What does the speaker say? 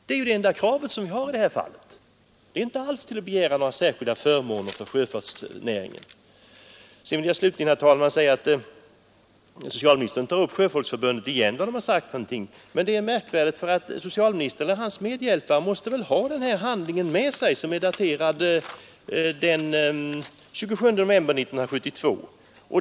Det är ju det enda krav som vi har i det här fallet, och det innebär inte alls att vi begär några särskilda förmåner för sjöfartsnäringen. Socialministern tar upp igen vad Sjöfolksförbundet har sagt. Men det är märkvärdigt, för socialministern och hans medhjälpare måste väl ha den här handlingen med sig, som är daterad den 27 november 1972.